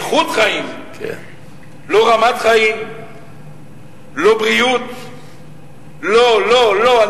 איכות חיים ולא רמת חיים ולא בריאות ולא ולא ולא.